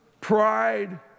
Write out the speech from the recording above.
pride